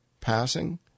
passing